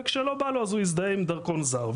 וכשלא בא לו הוא יזדהה עם דרכון זר.